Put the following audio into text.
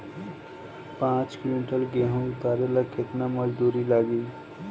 पांच किविंटल गेहूं उतारे ला केतना मजदूर लागी?